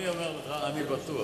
אני אומר לך שאני בטוח